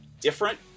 different